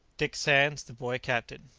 dick sands the boy captain.